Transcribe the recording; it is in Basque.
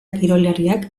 kirolariak